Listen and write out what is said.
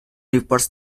reverse